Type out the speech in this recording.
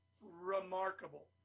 remarkable